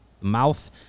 mouth